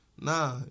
Nah